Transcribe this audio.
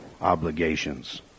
obligations